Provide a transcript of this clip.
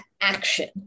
action